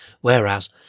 Whereas